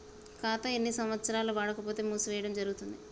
ఖాతా ఎన్ని సంవత్సరాలు వాడకపోతే మూసివేయడం జరుగుతుంది?